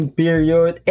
period